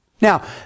now